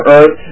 Earth